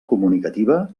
comunicativa